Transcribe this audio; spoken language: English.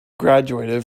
graduated